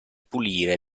pulire